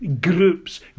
groups